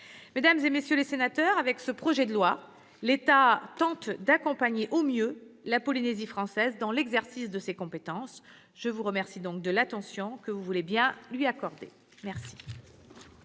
Mesdames, messieurs les sénateurs, avec ce projet de loi, l'État tente d'accompagner au mieux la Polynésie française dans l'exercice de ses compétences. Je vous remercie de l'attention que vous voulez bien lui accorder. La